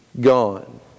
gone